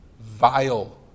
vile